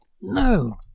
No